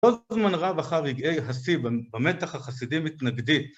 (??) זמן רב אחר רגעי השיא במתח החסידי מתנגדי